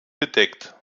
bedeckt